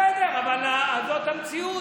בסדר, אבל זאת המציאות.